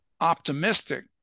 optimistic